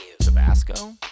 Tabasco